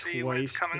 twice